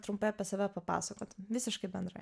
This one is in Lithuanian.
trumpai apie save papasakotum visiškai bendrai